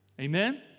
Amen